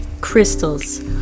Crystals